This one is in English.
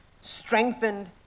strengthened